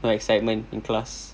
the excitement in class